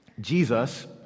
Jesus